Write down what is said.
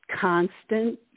constant